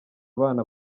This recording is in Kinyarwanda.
bana